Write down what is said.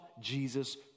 jesus